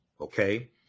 Okay